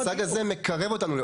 המושג הזה מקרב אותנו.